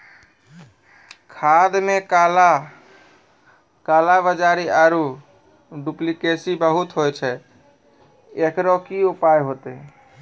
खाद मे काला कालाबाजारी आरु डुप्लीकेसी बहुत होय छैय, एकरो की उपाय होते?